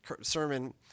sermon –